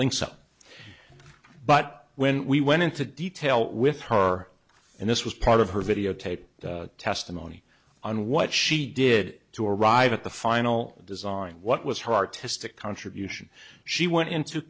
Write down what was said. think so but when we went into detail with her and this was part of her videotape testimony on what she did to arrive at the final design what was her artistic contribution she went into